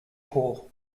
paw